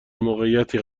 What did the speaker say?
موقعیتی